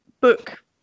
book